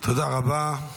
תודה רבה.